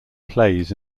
plays